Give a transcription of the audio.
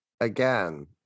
Again